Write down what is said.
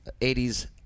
80s